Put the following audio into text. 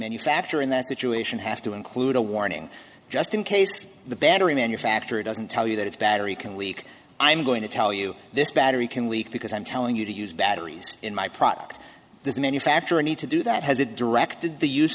manufacturer in that situation have to include a warning just in case the battery manufacturer doesn't tell you that its battery can leak i'm going to tell you this battery can leak because i'm telling you to use batteries in my product the manufacturer need to do that has it directed the use